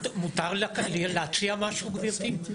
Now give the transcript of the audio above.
מותר לי להציע משהו, גבירתי?